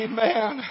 Amen